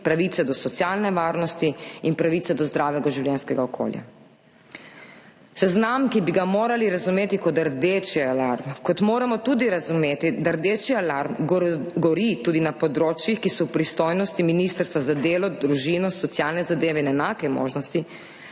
pravice do socialne varnosti in pravice do zdravega življenjskega okolja. Seznam, ki bi ga morali razumeti kot rdeči alarm, kot moramo tudi razumeti, da rdeči alarm gori tudi na področjih, ki so v pristojnosti Ministrstva za delo, družino, socialne zadeve in enake možnosti,